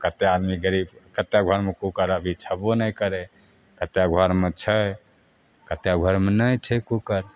कतेक आदमी गरीब कतेक घरमे कुकर अभी छेबो नहि करै कतेक घरमे छै कतेक घरमे नहि छै कुकर